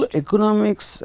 economics